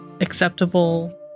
acceptable